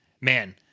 man